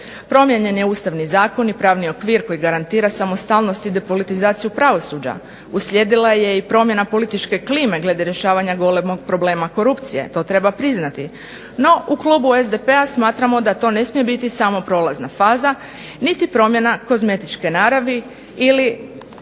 Promijenjen je Ustavni zakon i pravni okvir koji garantira samostalnost i depolitizaciju pravosuđa. Uslijedila je i promjena političke klime glede rješavanja golemog problema korupcije, to treba priznati. No, u klubu SDP-a smatramo da to ne smije biti samo prolazna faza niti promjena kozmetičke naravi ili